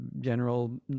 general